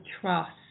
trust